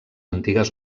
antigues